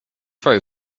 throw